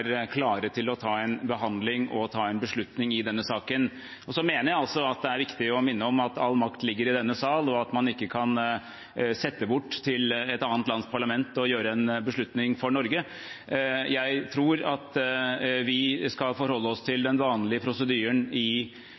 klare til å ha en behandling og ta en beslutning i denne saken. Så mener jeg også at det er viktig å minne om at all makt ligger i denne sal, og at man ikke kan sette bort til et annet lands parlament å ta en beslutning for Norge. Jeg tror vi skal forholde oss til den vanlige prosedyren i